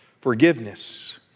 Forgiveness